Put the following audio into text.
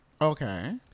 Okay